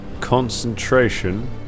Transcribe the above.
Concentration